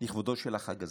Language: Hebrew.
לכבודו של החג הזה,